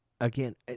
again